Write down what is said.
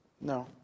No